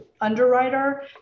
underwriter